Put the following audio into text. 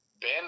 Ben